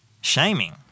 shaming